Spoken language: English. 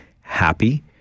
happy